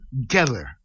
together